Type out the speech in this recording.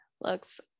looks